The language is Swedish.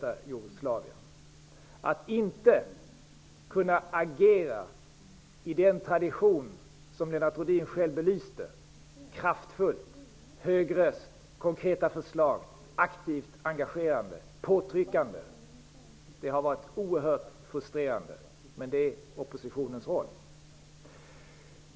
Det är oerhört frustrerande att inte kunna agera i den tradition som Lennart Rohdin själv belyste, dvs. kraftfullt, högröstat och med konkreta förslag, aktivt engagerade och påtryckande. Men det är oppositionens roll.